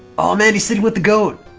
um and sit with the goat